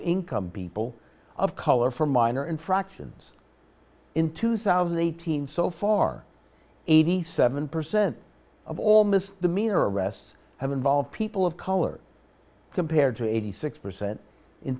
income people of color for minor infractions in two thousand eight hundred so far eighty seven percent of all misdemeanor arrests have involved people of color compared to eighty six percent in